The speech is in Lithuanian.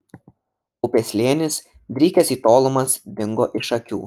upės slėnis drykęs į tolumas dingo iš akių